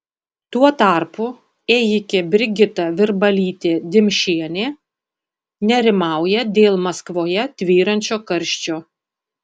tuo tarpu ėjikė brigita virbalytė dimšienė nerimauja dėl maskvoje tvyrančio karščio